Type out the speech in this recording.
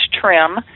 trim